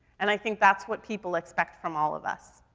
and i think that's what people expect from all of us.